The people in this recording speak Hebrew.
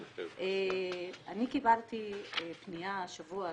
אני קיבלתי פנייה השבוע,